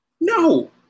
No